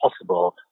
possible